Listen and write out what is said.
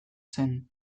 zen